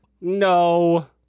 no